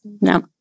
No